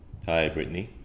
hi britney